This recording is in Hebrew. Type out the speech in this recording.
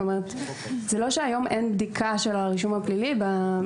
זה לא שהיום אין בדיקה של הרישום הפלילי במוסדות האלה.